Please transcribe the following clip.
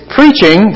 preaching